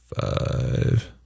Five